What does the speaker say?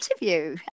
interview